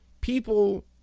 people